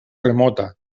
remota